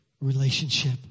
relationship